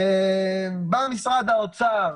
בא משרד האוצר,